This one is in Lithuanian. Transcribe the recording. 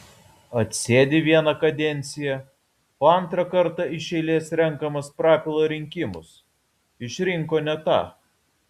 atsėdi vieną kadenciją o antrą kartą iš eilės renkamas prapila rinkimus išrinko ne tą